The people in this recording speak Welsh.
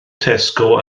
tesco